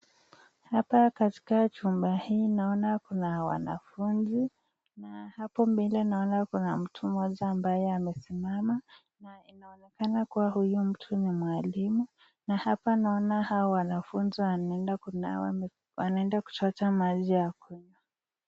Hapa katika chuma hii naona kuna wanafunzi. Hapo mbele naona kuna mtu moja ambaye amesimama, tena kuwa huyu mtu ni mwalimu, na hapa naona wanafunzwa wanenda kuchota maji ya ku...